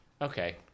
okay